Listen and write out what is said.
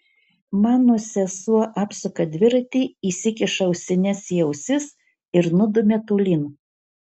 mano sesuo apsuka dviratį įsikiša ausines į ausis ir nudumia tolyn